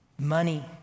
money